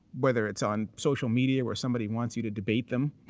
whether it's on social media where somebody wants you to debate them,